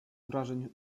wrażeń